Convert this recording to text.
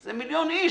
זה מיליון איש,